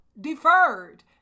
deferred